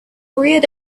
reared